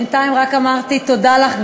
בינתיים רק אמרתי: תודה לך,